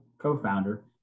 co-founder